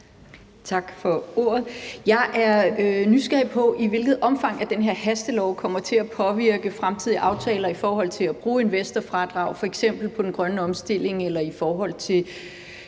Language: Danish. Tak for ordet. Jeg er nysgerrig på, i hvilket omfang den her hastelov kommer til at påvirke fremtidige aftaler i forhold til at bruge investorfradrag – f.eks. på den grønne omstilling eller i forhold til